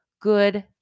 good